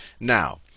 Now